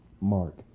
Mark